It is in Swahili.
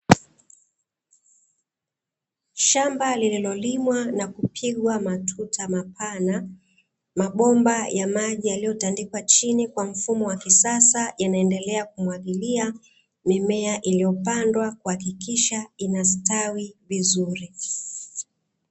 Shamba lililolimwa na kupigwa matuta mapana, mabomba ya maji yaliyotandikwa chini kwa mfumo wa kisasa yanaendelea kumwagilia, mimea iliyopandwa kuhakikisha inastawi vizuri.